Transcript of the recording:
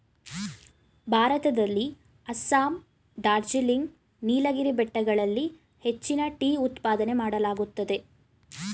ಭಾರತದಲ್ಲಿ ಅಸ್ಸಾಂ, ಡಾರ್ಜಿಲಿಂಗ್, ನೀಲಗಿರಿ ಬೆಟ್ಟಗಳಲ್ಲಿ ಹೆಚ್ಚಿನ ಟೀ ಉತ್ಪಾದನೆ ಮಾಡಲಾಗುತ್ತದೆ